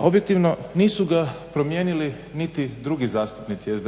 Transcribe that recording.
objektivno nisu ga promijenili niti drugi zastupnici